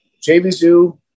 JVZoo